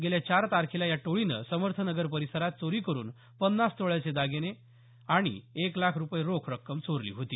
गेल्या चार तारखेला या टोळीनं समर्थ नगर परिसरात चोरी करुन पन्नास तोळ्याचे सोन्याचे दागिने आणि एक लाख रुपये रोख रक्कम चोरली होती